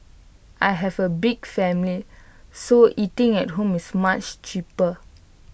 I have A big family so eating at home is much cheaper